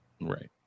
Right